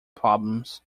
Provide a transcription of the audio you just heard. problems